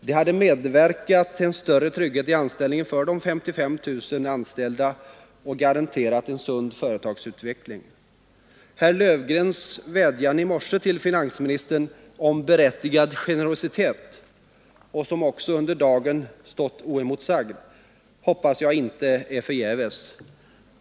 Det hade bidragit till en större trygghet i anställningen för de 55 000 anställda och garanterat en sund företagsutveckling. Herr Löfgrens vädjan i morse till finansministern om berättigad generositet — en vädjan som under dagen stått oemotsagd — hoppas jag inte är förgäves.